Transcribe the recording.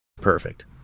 Perfect